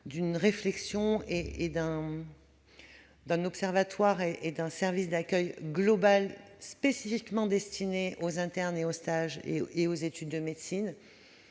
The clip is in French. d'une réflexion sur un observatoire et un service d'accueil spécifiquement destinés aux internes, aux stagiaires et aux étudiants en médecine,